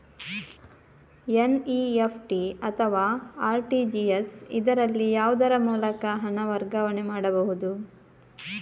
NEFT ಅಥವಾ RTGS, ಇದರಲ್ಲಿ ಯಾವುದರ ಮೂಲಕ ಹಣ ವರ್ಗಾವಣೆ ಮಾಡಬಹುದು?